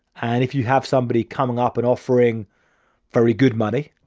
and if you have somebody coming up and offering very good money,